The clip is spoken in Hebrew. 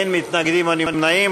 אין מתנגדים ואין נמנעים.